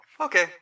okay